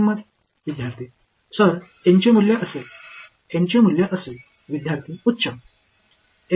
மாணவர்N இன் மதிப்பு இருக்கும் N இன் மதிப்பு இருக்கும்